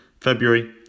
February